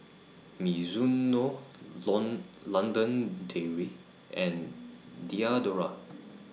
Mizuno London Dairy and Diadora